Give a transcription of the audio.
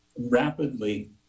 rapidly